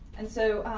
and so,